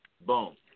Boom